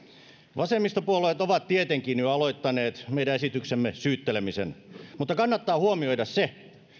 vasemmistopuolueet ovat tietenkin jo aloittaneet meidän esityksemme syyttelemisen mutta kannattaa huomioida se